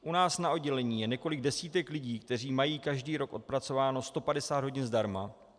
U nás na oddělení je několik desítek lidí, kteří mají každý rok odpracováno 150 hodin zdarma.